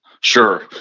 sure